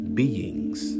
beings